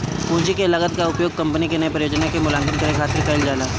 पूंजी के लागत कअ उपयोग कंपनी के नया परियोजना के मूल्यांकन करे खातिर कईल जाला